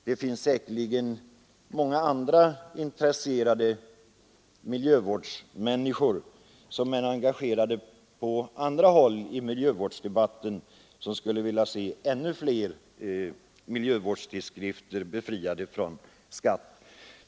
Det finns säkerligen många intresserade miljövårdsmänniskor, engagerade på andra håll i miljövårdsdebatten, som skulle vilja se ännu fler miljövårdstidskrifter befriade från skatt.